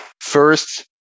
first